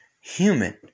human